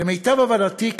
למיטב הבנתי,